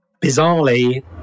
Bizarrely